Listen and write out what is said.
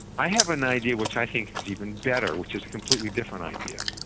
i have an idea which i think is even better, which is a completely different idea.